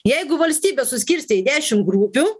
jeigu valstybė suskirstė į dešim grupių